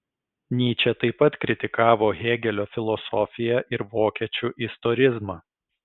nyčė taip pat kritikavo hėgelio filosofiją ir vokiečių istorizmą